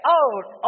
out